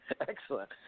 Excellent